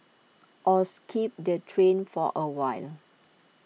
or skip the train for awhile